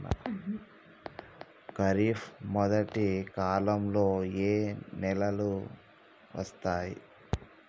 ఖరీఫ్ మొదటి కాలంలో ఏ నెలలు వస్తాయి?